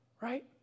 Right